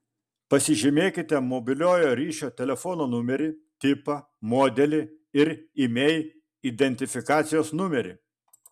pasižymėkite mobiliojo ryšio telefono numerį tipą modelį ir imei identifikacijos numerį